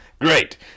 Great